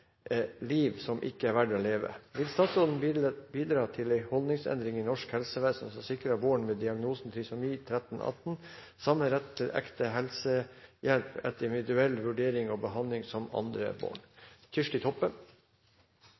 liv og død, og den er ment å hjelpe andre foreldre i samme situasjon. Jeg vil takke representanten Toppe fordi hun spør om statsråden kan bidra til en holdningsendring i norsk helsevesen som sikrer barn med diagnosen trisomi 13 eller 18 samme rett til ekte helsehjelp etter individuell vurdering og